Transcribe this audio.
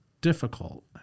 difficult